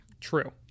True